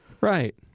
Right